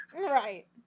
Right